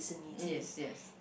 yes yes